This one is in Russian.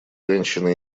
женщины